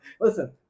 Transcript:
Listen